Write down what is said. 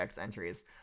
entries